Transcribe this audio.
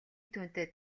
түүнтэй